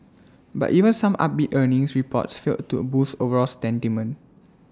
but even some upbeat earnings reports failed to A boost overall sentiment